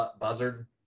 Buzzard